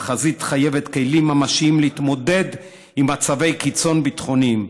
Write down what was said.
והחזית חייבת כלים ממשיים להתמודד עם מצבי קיצון ביטחוניים.